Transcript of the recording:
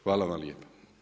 Hvala vam lijepa.